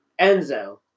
Enzo